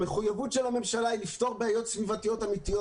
המחויבות של הממשלה היא לפתור בעיות סביבתיות אמתיות